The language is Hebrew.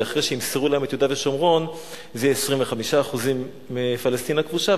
ואחרי שימסרו להם את יהודה ושומרון זה יהיה 25% מפלסטין הכבושה,